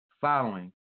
following